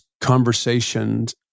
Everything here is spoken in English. conversations